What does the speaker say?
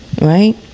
right